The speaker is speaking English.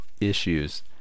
issues